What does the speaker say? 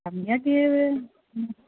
सम्यक् एव